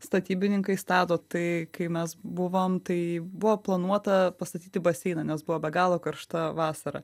statybininkai stato tai kai mes buvom tai buvo planuota pastatyti baseiną nes buvo be galo karšta vasara